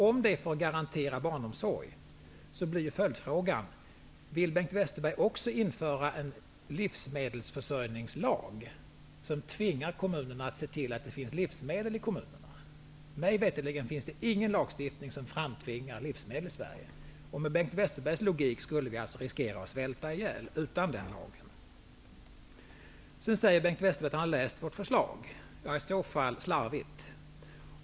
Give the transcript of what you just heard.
Om det är för att garantera barnom sorg blir följdfrågan: Vill Bengt Westerberg också införa en livsmedelsförsörjningslag, som tvingar kommunerna att se till att det finns livsmedel i kommunerna? Mig veterligen, finns det ingen lag stiftning som framtvingar livsmedel i Sverige. Med Bengt Westerbergs logik skulle vi alltså utan den lagen riskera att svälta ihjäl. Bengt Westerberg säger att han har läst Ny de mokratis förslag. I så fall har han läst det slarvigt.